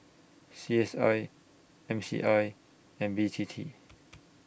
C S I M C I and B T T